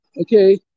Okay